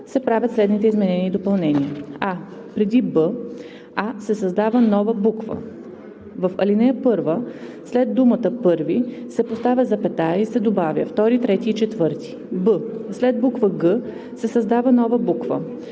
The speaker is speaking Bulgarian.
се правят следните изменения и допълнения: а) преди буква „а“ се създава нова буква: „…) в ал. 1 след думата „първи“ се поставя запетая и се добавя „втори, трети и четвърти“; б) след буква „г“ се създава нова буква: